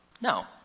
No